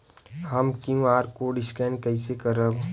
हम QR code scan कइसे करब?